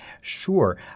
Sure